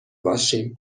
باشیم